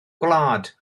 gwlad